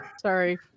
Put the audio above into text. Sorry